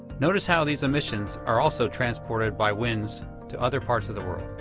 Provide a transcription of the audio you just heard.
notice how these emissions are also transported by winds to other parts of the world.